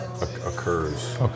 occurs